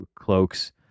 cloaks